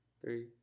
three